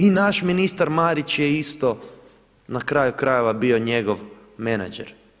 I naš ministar Marić je isto na kraju krajeva bio njegov menadžer.